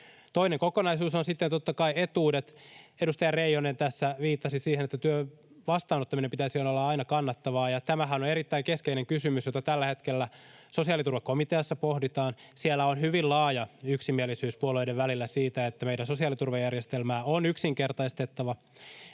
Toinen kokonaisuus on sitten, totta kai, etuudet. Edustaja Reijonen tässä viittasi siihen, että työn vastaanottamisen pitäisi olla aina kannattavaa, ja tämähän on erittäin keskeinen kysymys, jota tällä hetkellä sosiaaliturvakomiteassa pohditaan. Siellä on hyvin laaja yksimielisyys puolueiden välillä siitä, että meidän sosiaaliturvajärjestelmäämme on yksinkertaistettava.